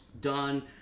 Done